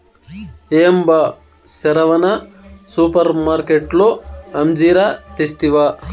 ఏం బా సెరవన సూపర్మార్కట్లో అంజీరా తెస్తివా